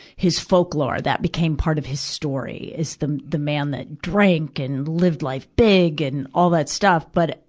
his folklore. that became part of his story, is the, the man that drank and lived life big and all that stuff. but,